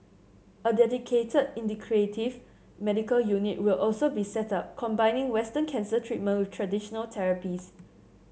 a dedicated integrative medical unit will also be set up combining Western cancer treatment with traditional therapies